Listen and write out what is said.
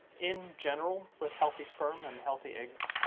in general, with healthy sperm and healthy eggs,